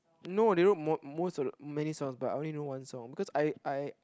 no they wrote mo~ most of the many songs but I only know one song because I I